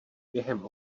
během